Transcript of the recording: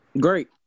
Great